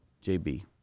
J-B